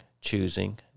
choosing